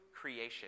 creation